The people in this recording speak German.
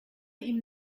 ihm